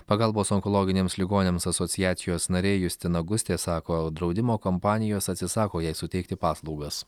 pagalbos onkologiniams ligoniams asociacijos narė justina gustė sako draudimo kompanijos atsisako jai suteikti paslaugas